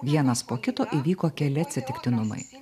vienas po kito įvyko keli atsitiktinumai